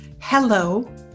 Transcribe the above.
hello